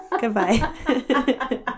Goodbye